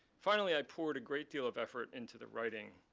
finally, i poured a great deal of effort into the writing.